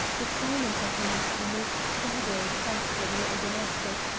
the silence of him was the most staggering fact for the little domestic,